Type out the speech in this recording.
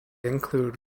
include